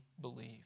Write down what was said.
believe